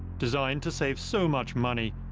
designed to save so much money,